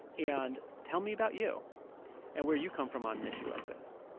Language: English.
and tell me about you and where you come from on an issue like this.